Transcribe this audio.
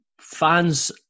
fans